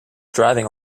driving